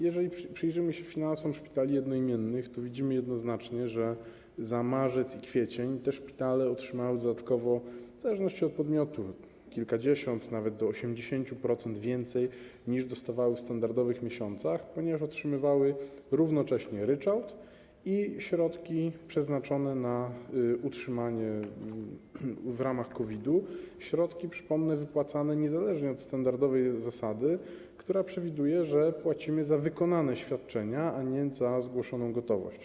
Jeżeli przyjrzymy się finansom szpitali jednoimiennych, to widzimy jednoznacznie, że za marzec i kwiecień te szpitale otrzymały dodatkowo, w zależności od podmiotu, kilkadziesiąt, nawet do 80% więcej niż dostawały w standardowych miesiącach, ponieważ otrzymywały równocześnie ryczałt i środki przeznaczone na utrzymanie w ramach walki z COVID, środki, przypomnę, wypłacane niezależnie od standardowej zasady, która przewiduje, że płacimy za wykonane świadczenia, a nie za zgłaszaną gotowość.